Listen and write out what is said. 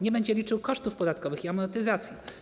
Nie będzie liczył kosztów podatkowych i amortyzacji.